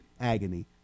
agony